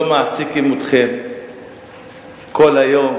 לא מעסיקים אתכם כל היום,